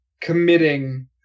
committing